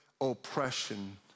oppression